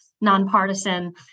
nonpartisan